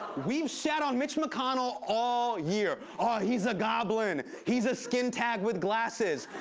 we've shat on mitch mcconnell all year ah he's a goblin. he's a skin tag with glasses.